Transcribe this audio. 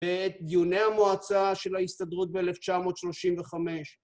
בדיוני המועצה של ההסתדרות ב-1935.